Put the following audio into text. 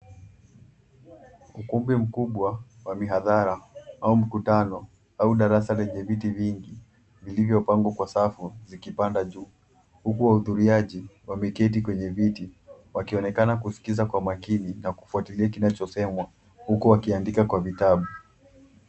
Ukimbo mkubwa wa miadhara au mkutano au darasa lenye viti vingi vilivyopangwa kwa safu zikipanda juu, huku waudhuruaji wameketi kwenye viti wakionekanakuskiza kwa makini na kufwatilia kinachosemwa huku wakiandika kwa vitabu.